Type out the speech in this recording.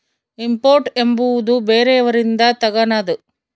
import ಎಂಬುವುದು ಬೇರೆಯವರಿಂದ ತಗನದು